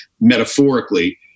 metaphorically